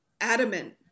adamant